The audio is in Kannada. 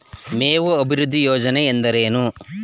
ಮೇವು ಅಭಿವೃದ್ಧಿ ಯೋಜನೆ ಎಂದರೇನು?